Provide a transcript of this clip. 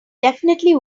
definitely